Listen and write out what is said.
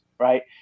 right